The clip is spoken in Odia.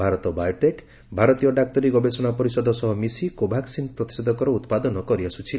ଭାରତ ବାୟୋଟେକ୍ ଭାରତୀୟ ଡାକ୍ତରୀ ଗବେଷଣା ପରିଷଦ ସହ ମିଶି କୋଭାକ୍ସିନ ପ୍ରତିଷେଧକର ଉତ୍ପାଦନ କରିଆସୁଛି